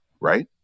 right